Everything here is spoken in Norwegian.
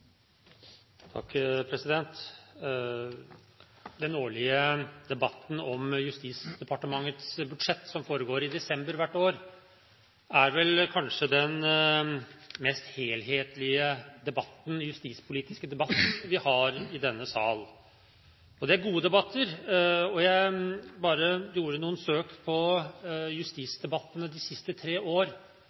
desember hvert år, er vel kanskje den mest helhetlige justispolitiske debatten vi har i denne sal. Det er gode debatter. Jeg gjorde noen søk på justisdebattene de siste tre år.